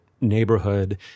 neighborhood